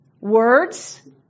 words